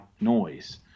noise